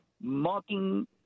mocking